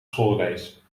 schoolreis